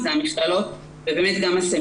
מדובר במכללות ובסמינרים,